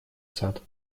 сад